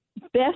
best